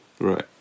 right